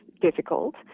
difficult